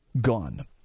gone